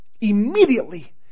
Immediately